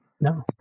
No